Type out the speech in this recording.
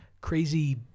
crazy